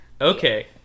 Okay